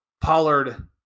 Pollard